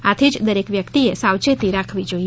આથી જ દરેક વ્યક્તિએ સાવચેતી રાખવી જોઈએ